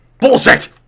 Bullshit